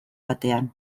batean